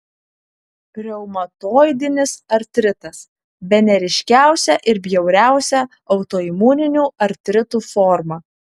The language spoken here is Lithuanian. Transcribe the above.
reumatoidinis artritas bene ryškiausia ir bjauriausia autoimuninių artritų forma